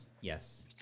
Yes